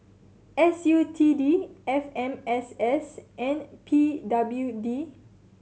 S U T D F M S S and P W D